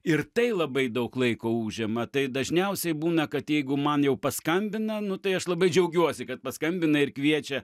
ir tai labai daug laiko užima tai dažniausiai būna kad jeigu man jau paskambina nu tai aš labai džiaugiuosi kad paskambina ir kviečia